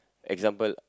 example